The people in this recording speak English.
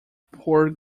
poor